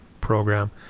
program